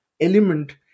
element